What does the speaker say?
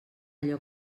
allò